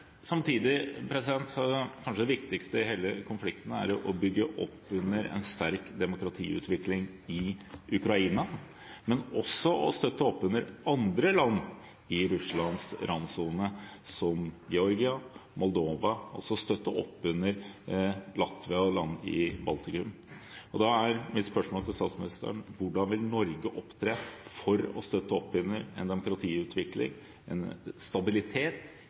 Samtidig er kanskje det viktigste i hele konflikten å bygge opp under en sterk demokratiutvikling i Ukraina, men også å støtte opp under andre land i Russlands randsone, som Georgia og Moldova, og også støtte opp under Latvia og land i Baltikum. Da er mitt spørsmål til statsministeren: Hvordan vil Norge opptre for å støtte opp under en demokratiutvikling, en stabilitet